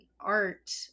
art